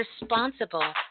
responsible